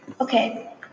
Okay